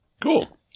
Cool